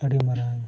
ᱟᱹᱰᱤ ᱢᱟᱨᱟᱝ